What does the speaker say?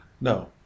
No